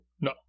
No